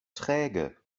träge